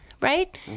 right